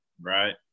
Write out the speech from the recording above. Right